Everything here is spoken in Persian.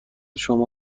شما